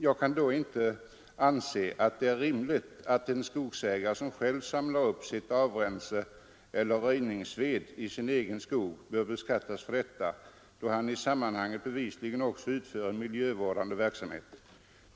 Jag kan då inte anse att det är rimligt att en skogsägare som själv samlar upp sitt bränsle eller sin röjningsved i sin egen skog bör beskattas för detta, då han i sammanhanget bevisligen också utför miljövårdande verksamhet.